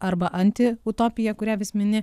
arba antiutopiją kurią vis mini